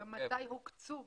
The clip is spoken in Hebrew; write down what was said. גם מתי הוקצו.